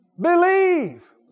Believe